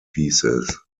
pieces